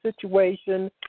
situation